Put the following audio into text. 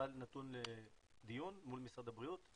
זה בכלל נתון לדיון מול משרד הבריאות?